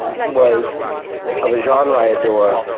was of a genre i adore,